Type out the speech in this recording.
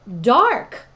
dark